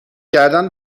کردن